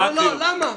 לא, לא למה?